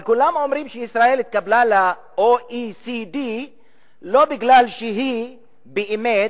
אבל כולם אומרים שישראל התקבלה ל-OECD לא כי היא באמת